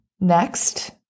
Next